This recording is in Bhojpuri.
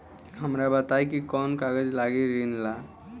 हमरा बताई कि कौन कागज लागी ऋण ला?